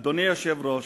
אדוני היושב-ראש,